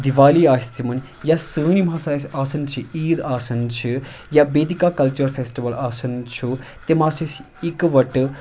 دیوالی آسہِ تِمَن یا سٲنۍ یِم ہَسا اَسہِ آسان چھِ عیٖد آسان چھِ یا بیٚیہِ تہِ کانٛہہ کلچر فیٚسٹِوَل آسان چھُ تِم ہَس چھِ أسۍ اِکوَٹہٕ